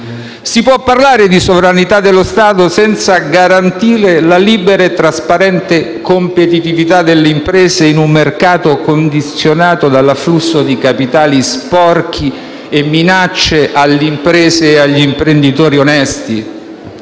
Si può parlare di sovranità dello Stato senza garantire la libera e trasparente competitività delle imprese in un mercato condizionato dall'afflusso di capitali sporchi e minacce alle imprese e agli imprenditori onesti?